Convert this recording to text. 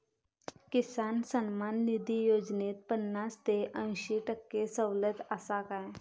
किसान सन्मान निधी योजनेत पन्नास ते अंयशी टक्के सवलत आसा काय?